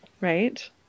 Right